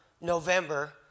November